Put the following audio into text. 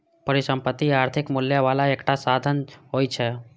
परिसंपत्ति आर्थिक मूल्य बला एकटा संसाधन होइ छै